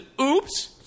oops